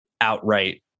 outright